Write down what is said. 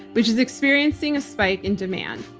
which is experiencing a spike in demand.